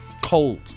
cold